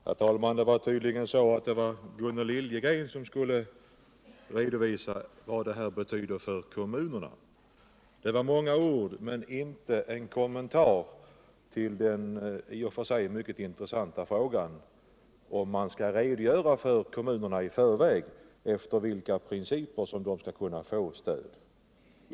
Herr talman! Det var tydligen Gunnel Liljegren som skulle redovisa vad energisparandet betyder för kommunerna, Det var många ord men inte en enda kommenuar till den i och för sig mycket intressanta frågan om man skall redogöra för kommunerna i förväg efter vilka principer de skall kunna få stöd.